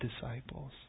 disciples